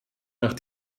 nach